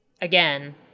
again